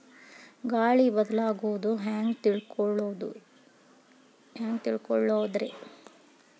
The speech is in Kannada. ಗಾಳಿ ಬದಲಾಗೊದು ಹ್ಯಾಂಗ್ ತಿಳ್ಕೋಳೊದ್ರೇ?